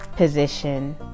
Position